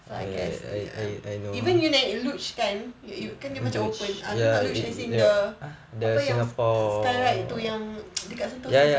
so I guess ya even you naik luge kan you kan dia macam open luge as in the apa yang the skyride tu yang dekat sentosa